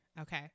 Okay